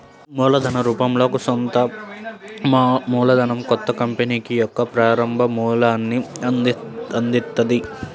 మూలధన రూపంలో సొంత మూలధనం కొత్త కంపెనీకి యొక్క ప్రారంభ మూలాన్ని అందిత్తది